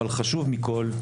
אבל חשוב מכל,